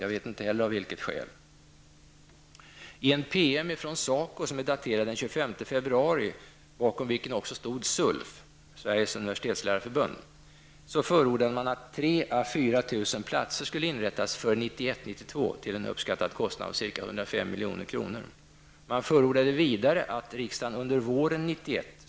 Jag vet inte heller vilket skälet var till detta.